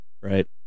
Right